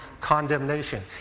condemnation